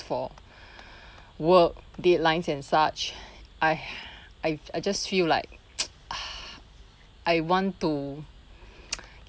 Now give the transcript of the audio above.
for work deadlines and such I I've I just feel like I want to